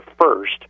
first